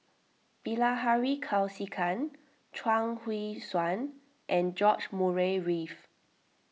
Bilahari Kausikan Chuang Hui Tsuan and George Murray Reith